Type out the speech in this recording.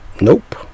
Nope